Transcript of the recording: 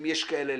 אם יש כאלה,